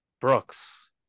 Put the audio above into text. Brooks